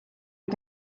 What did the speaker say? les